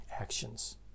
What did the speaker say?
actions